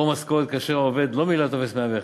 או משכורת כאשר העובד לא מילא טופס 0101,